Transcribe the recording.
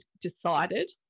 decided